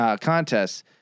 contests